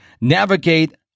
navigate